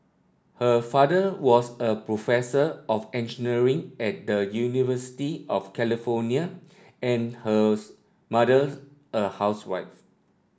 her father was a professor of engineering at the University of California and hers mother a housewife